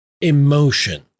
emotion